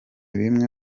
bimwe